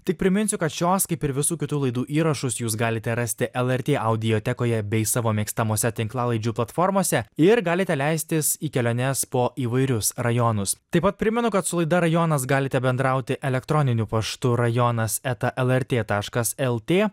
tik priminsiu kad šios kaip ir visų kitų laidų įrašus jūs galite rasti lrt audiotekoje bei savo mėgstamose tinklalaidžių platformose ir galite leistis į keliones po įvairius rajonus taip pat primenu kad su laida rajonas galite bendrauti elektroniniu paštu rajonas eta lrt taškas lt